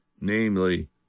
namely